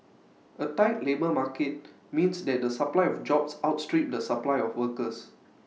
A tight labour market means that the supply of jobs outstrip the supply of workers